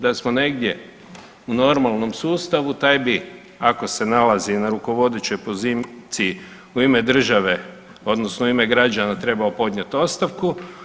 Da smo negdje u normalnom sustavu, taj bi, ako se nalazi na rukovodećoj poziciji u ime države, odnosno ime građana trebao podnijeti ostavku.